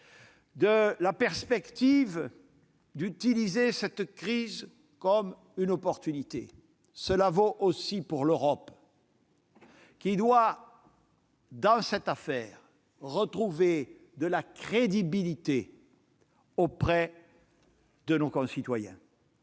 la perspective d'utiliser cette crise comme une opportunité. Cela vaut aussi pour l'Europe, qui doit retrouver à cette occasion de la crédibilité auprès de nos concitoyens.